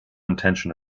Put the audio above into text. intention